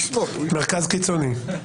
מרכז קיצוני.